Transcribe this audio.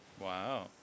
Wow